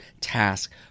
task